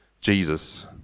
Jesus